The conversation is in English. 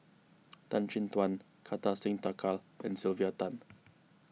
Tan Chin Tuan Kartar Singh Thakral and Sylvia Tan